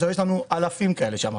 יש לנו אלפים כאלה שם.